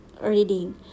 reading